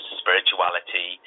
spirituality